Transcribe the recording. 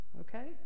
okay